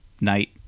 Knight